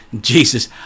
Jesus